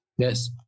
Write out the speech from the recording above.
Yes